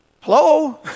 Hello